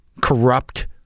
corrupt